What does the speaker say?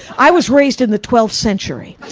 i was raised in the twelfth century,